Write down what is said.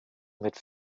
mit